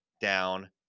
down